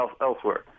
elsewhere